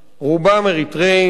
רובם אריתריאים,